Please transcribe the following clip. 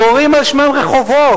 קוראים על שמם רחובות.